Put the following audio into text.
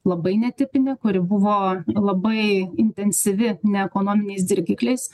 labai netipinė kuri buvo labai intensyvi ne ekonominiais dirgikliais